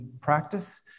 practice